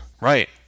Right